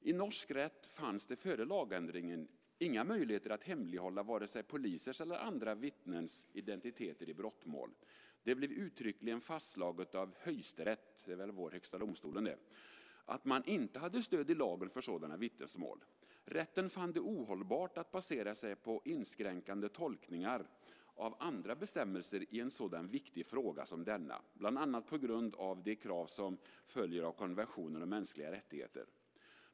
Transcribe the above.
I norsk rätt fanns det före lagändringen inga möjligheter att hemlighålla vare sig polisers eller andra vittnens identiteter i brottmål. Det blev uttryckligen fastslaget av Høyesterett - det är väl vår Högsta domstolen - att man inte hade stöd i lagen för sådana vittnesmål. Rätten fann det ohållbart att basera sig på inskränkande tolkningar av andra bestämmelser i en sådan viktig fråga som denna, bland annat på grund av de krav som följer av konventionen om mänskliga rättigheter.